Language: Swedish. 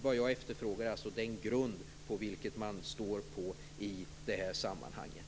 Vad jag efterfrågar är alltså den grund som man står på i det här sammanhanget.